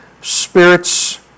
Spirit's